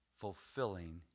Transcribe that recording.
fulfilling